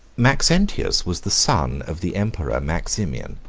maxentius was the son of the emperor maximian,